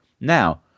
Now